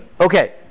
okay